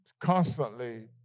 constantly